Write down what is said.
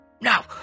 Now